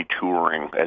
touring